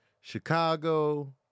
Chicago